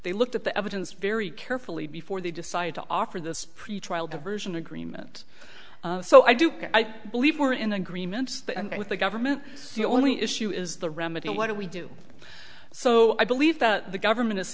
they looked at the evidence very carefully before they decided to offer this pretrial diversion agreement so i do believe we're in agreement with the government the only issue is the remedy what do we do so i believe that the government is